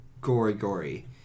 gory-gory